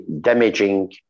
damaging